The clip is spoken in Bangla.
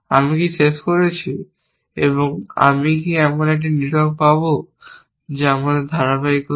আমি কি শেষ করেছি এবং আমি কি এমন একটি নেটওয়ার্ক পাব যা আমাদের ধারাবাহিকতা